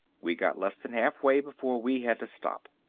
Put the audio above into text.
we got less than halfway before we had to stop.